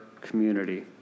community